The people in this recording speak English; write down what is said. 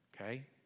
Okay